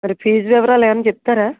మరి ఫీస్ వివరాాల ఏమన్న చెప్తారా